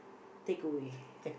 take away